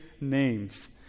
names